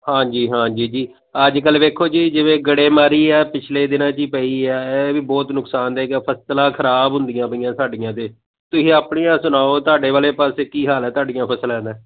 ਹਾਂਜੀ ਹਾਂਜੀ ਜੀ ਅੱਜ ਕੱਲ੍ਹ ਦੇਖੋ ਜੀ ਜਿਵੇਂ ਗੜੇ ਮਾਰੀ ਹੈ ਪਿਛਲੇ ਦਿਨਾਂ 'ਚ ਹੀ ਪਈ ਹੈ ਇਹ ਵੀ ਬਹੁਤ ਨੁਕਸਾਨ ਦਾਇਕ ਹੈ ਫ਼ਸਲਾਂ ਖ਼ਰਾਬ ਹੁੰਦੀਆਂ ਪਈਆਂ ਸਾਡੀਆਂ ਤਾਂ ਤੁਸੀਂ ਆਪਣੀਆਂ ਸੁਣਾਓ ਤੁਹਾਡੇ ਵਾਲੇ ਪਾਸੇ ਕੀ ਹਾਲ ਹੈ ਤੁਹਾਡੀਆਂ ਫ਼ਸਲਾਂ ਦਾ